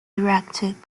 erected